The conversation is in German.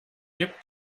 gibt